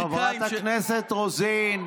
חברת הכנסת רוזין,